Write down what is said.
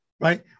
right